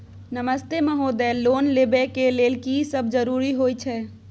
नमस्ते महोदय, लोन लेबै के लेल की सब जरुरी होय छै?